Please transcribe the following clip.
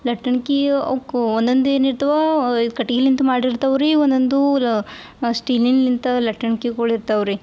ಲಟ್ಟಣ್ಗಿ ಅವಕ್ಕೂ ಒಂದೊಂದು ಏನು ಇರ್ತವೆ ಇದು ಕಟ್ಗಿಲಿಂತ ಮಾಡಿರ್ತಾವೆ ರೀ ಒಂದೊಂದು ಸ್ಟೀಲಿನ್ಲಿಂತ ಲಟ್ಟಣ್ಗಿಗಳು ಇರ್ತಾವೆ ರೀ